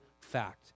fact